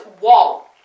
wall